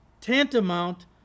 tantamount